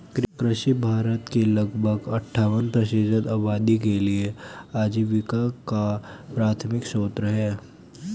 कृषि भारत की लगभग अट्ठावन प्रतिशत आबादी के लिए आजीविका का प्राथमिक स्रोत है